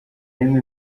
rimwe